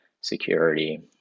security